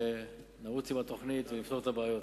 ונרוץ עם התוכנית ונפתור את הבעיות.